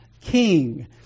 king